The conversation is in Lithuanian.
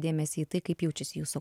dėmesį į tai kaip jaučiasi jūsų